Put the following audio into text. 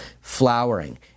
flowering